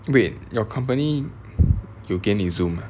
wait your company 有给你 zoom ah